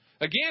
Again